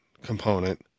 component